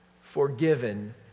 forgiven